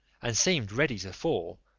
and seemed ready to fall,